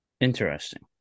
Interesting